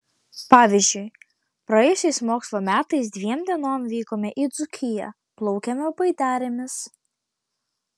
pavyzdžiui praėjusiais mokslo metais dviem dienom vykome į dzūkiją plaukėme baidarėmis